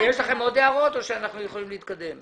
יש לכם עוד הערות או שאנחנו יכולים להתקדם?